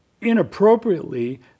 inappropriately